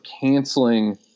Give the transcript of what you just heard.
canceling